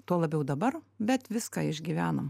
tuo labiau dabar bet viską išgyvenom